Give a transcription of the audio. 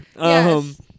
Yes